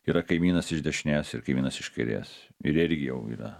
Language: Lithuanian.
yra kaimynas iš dešinės ir kaimynas iš kairės ir irgi jau yra